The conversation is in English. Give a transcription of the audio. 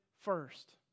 first